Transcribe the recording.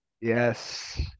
yes